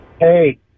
Hey